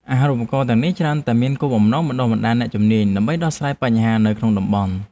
អាហារូបករណ៍ទាំងនេះច្រើនតែមានគោលបំណងបណ្តុះបណ្តាលអ្នកជំនាញដើម្បីដោះស្រាយបញ្ហានៅក្នុងតំបន់។